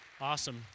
Awesome